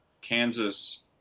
Kansas